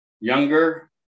younger